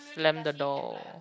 slam the door